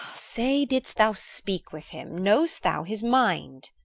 say, didst thou speak with him? know'st thou his mind?